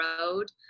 road